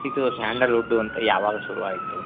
ಇದು ಸ್ಯಾಂಡಲ್ವುಡ್ಡು ಅಂತ ಯಾವಾಗ ಶುರು ಆಯಿತು